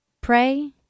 Pray